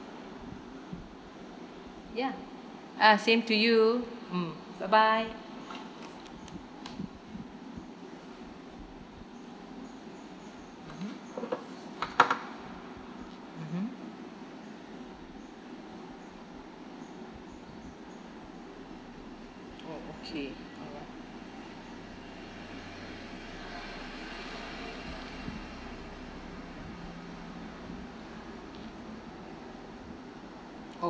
ya ah same to you mm bye bye mmhmm oh okay oh